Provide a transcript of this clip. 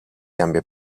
cambia